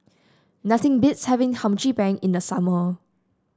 nothing beats having Hum Chim Peng in the summer